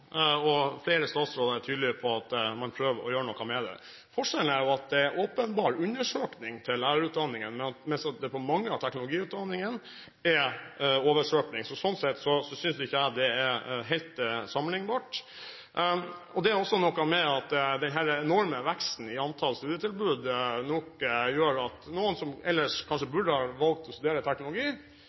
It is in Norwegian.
og flere statsråder er tydelige på at man prøver å gjøre noe med det. Forskjellen er at det er en åpenbar undersøkning til lærerutdanningen, mens det til mange av teknologiutdanningene er en oversøkning, så sånn sett synes ikke jeg dette er helt sammenlignbart. Det har også noe å gjøre med den enorme veksten i antallet studietilbud, noe som gjør at noen som ellers kanskje burde ha valgt å studere teknologi,